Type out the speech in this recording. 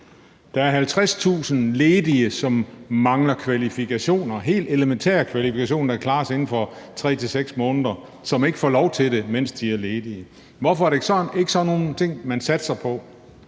Der er 50.000 ledige, som mangler kvalifikationer, helt elementære kvalifikationer, der kan klares inden for 3-6 måneder, og som ikke får lov til det, mens de er ledige. Hvorfor er det ikke sådan nogle ting, man satser på?